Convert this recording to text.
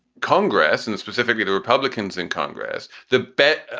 congress and specifically the republicans in congress, the bet,